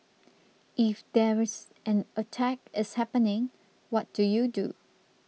if there is an attack is happening what do you do